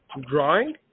Drawing